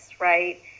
right